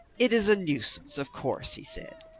it is a nuisance, of course, he said.